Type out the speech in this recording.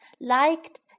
liked